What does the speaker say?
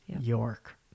York